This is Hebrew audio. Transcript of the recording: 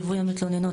ליווי המתלוננות,